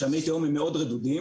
שמי התהום הם מאוד רדודים,